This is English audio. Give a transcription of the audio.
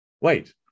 Wait